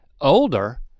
older